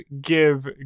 give